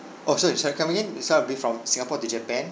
oh sorry sorry come again this [one] will be from singapore to japan